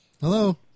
hello